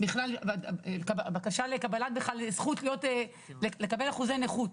בכלל בקשה לקבל בכלל זכות לקבל אחוזי נכות.